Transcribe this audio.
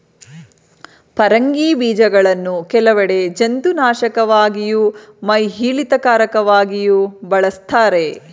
ಪರಂಗಿ ಬೀಜಗಳನ್ನು ಕೆಲವೆಡೆ ಜಂತುನಾಶಕವಾಗಿಯೂ ಮೈಯಿಳಿತಕಾರಕವಾಗಿಯೂ ಬಳಸ್ತಾರೆ